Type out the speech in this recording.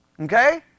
Okay